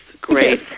Great